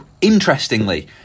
interestingly